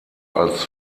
als